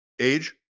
age